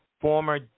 former